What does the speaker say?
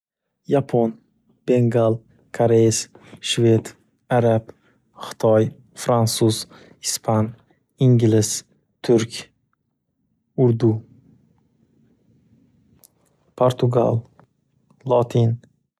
Yapon, Bengal, Koreys, Shvet, Arab, Xitoy, Fransuz, ispan, ingliz, Turk, Urdu, Portugal, Lotin.